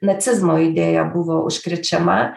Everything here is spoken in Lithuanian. nacizmo idėja buvo užkrečiama